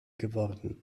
geworden